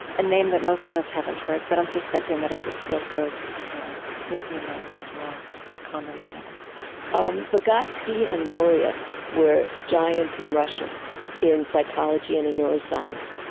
a name that most of us haven't heard but i'm suspecting that as this field grows may be a name that's more commonly known um vygotsky and luria were giants in russia in psychology and in neuroscience.